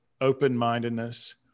open-mindedness